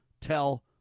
tell